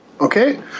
Okay